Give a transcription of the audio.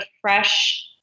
fresh